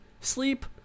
sleep